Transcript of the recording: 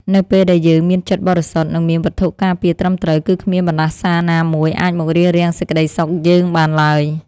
នៅពេលដែលយើងមានចិត្តបរិសុទ្ធនិងមានវត្ថុការពារត្រឹមត្រូវគឺគ្មានបណ្តាសាណាមួយអាចមករារាំងសេចក្តីសុខយើងបានឡើយ។